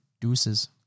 Deuces